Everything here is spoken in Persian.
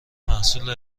محصول